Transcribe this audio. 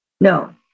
No